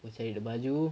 go cari the baju